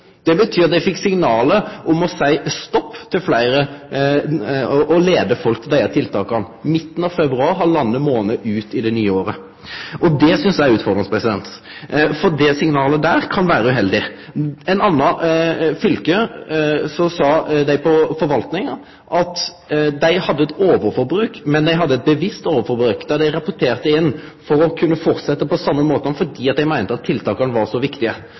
Det betyr at dei fekk signal om å seie stopp til fleire om å leie folk til tiltak. Det var altså i midten av februar – halvannan månad ut i det nye året. Det synest eg er utfordrande, for det signalet kan vere uheldig. I eit anna fylke sa dei på forvaltinga at dei hadde eit overforbruk, men eit bevisst overforbruk. Dei rapporterte inn for å kunne fortsetje på same måten fordi dei meinte at tiltaka var så viktige.